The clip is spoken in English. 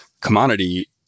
commodity